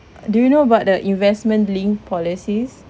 do you know about the investment linked policies